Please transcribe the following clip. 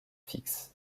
fixes